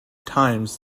times